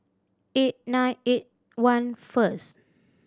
eight nine eight one first